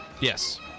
Yes